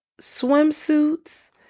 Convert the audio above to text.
swimsuits